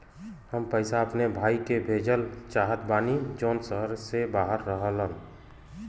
हम पैसा अपने भाई के भेजल चाहत बानी जौन शहर से बाहर रहेलन